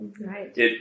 Right